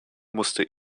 musste